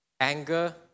Anger